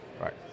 Right